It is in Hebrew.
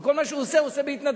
וכל מה שהוא עושה הוא עושה בהתנדבות.